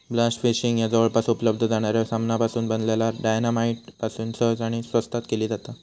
blast fishing ह्या जवळपास उपलब्ध जाणाऱ्या सामानापासून बनलल्या डायना माईट पासून सहज आणि स्वस्तात केली जाता